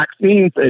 vaccines